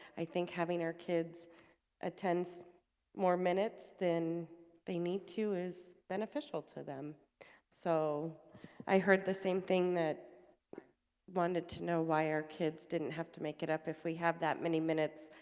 i think having our kids attends more minutes then they need to is beneficial to them so i heard the same thing that wanted to know why our kids didn't have to make it up if we have that many minutes.